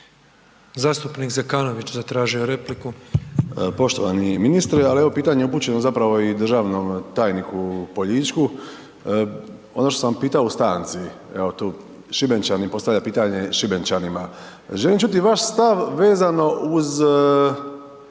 je repliku. **Zekanović, Hrvoje (HRAST)** Poštovani ministre, ali evo pitanje je zapravo i državom tajniku Poljičku, ono što sam pitao u stanci, evo tu Šibenčanin postavlja pitanje Šibenčanima, želim čuti vaš stav vezano uz